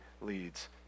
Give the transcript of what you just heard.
leads